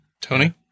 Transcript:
Tony